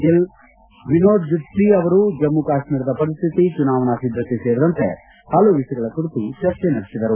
ಗಿಲ್ ವಿನೋದ್ ಜುತ್ತಿ ಅವರು ಜಮ್ನು ಕಾಶ್ತೀರದ ಪರಿಸ್ಟಿತಿ ಚುನಾವಣಾ ಸಿದ್ಗತೆ ಸೇರಿದಂತೆ ಹಲವು ವಿಷಯಗಳ ಕುರಿತು ಚರ್ಚೆ ನಡೆಸಿದರು